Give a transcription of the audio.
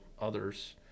others